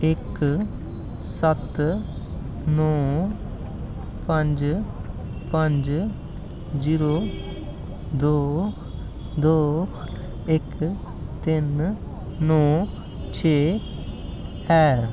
इक सत्त नौ पंज पंज जीरो दो दो इक तिन नौ छे ऐ